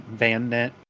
VanNet